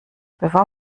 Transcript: bevor